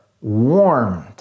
warmed